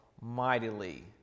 mightily